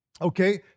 Okay